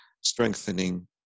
strengthening